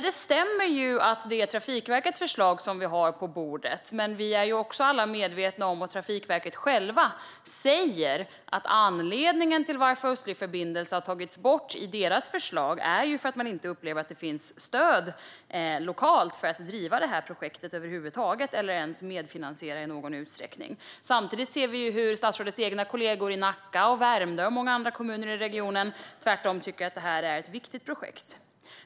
Det stämmer att det är Trafikverkets förslag som vi har på bordet, men vi är alla medvetna om och Trafikverket själva säger att anledningen till att Östlig förbindelse har tagits bort i deras förslag är att man inte upplever att det finns stöd lokalt för att driva projektet över huvud taget eller ens medfinansiera det i någon utsträckning. Samtidigt ser vi att statsrådets egna kollegor i Nacka, Värmdö och många andra kommuner i regionen tvärtom tycker att detta är ett viktigt projekt.